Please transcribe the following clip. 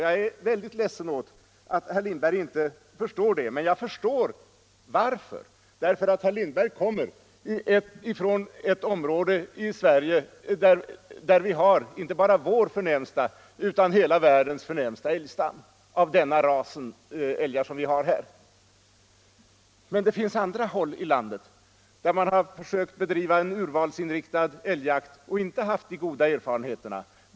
Jag är väldigt ledsen över att herr Lindberg inte förstår detta. Men jag begriper anledningen. Herr Lindberg kommer från ett område i Sverige som har inte bara vår utan hela världens förnämsta älgstam av denna ras. Det förekommer andra platser i landet där man har försökt bedriva en urvalsinriktad älgjakt men inte gjort goda erfarenheter.